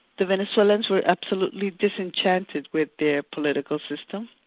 the venezuelans were absolutely disenchanted with their political system.